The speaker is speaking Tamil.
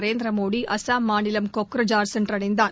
நரேந்திர மோடி அசாம் மாநிலம் கோக்ரஜார் சென்றடைந்தார்